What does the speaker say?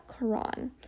Quran